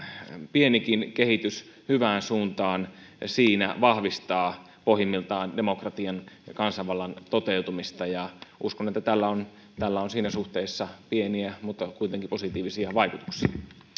pienikin kehitys hyvään suuntaan siinä vahvistaa pohjimmiltaan demokratian ja kansanvallan toteutumista ja uskon että tällä on tällä on siinä suhteessa pieniä mutta kuitenkin positiivisia vaikutuksia